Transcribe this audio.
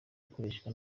ikoreshwa